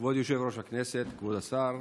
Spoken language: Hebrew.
כבוד יושב-ראש הכנסת, כבוד השר,